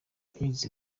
binyuze